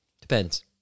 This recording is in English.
Depends